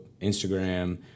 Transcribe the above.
Instagram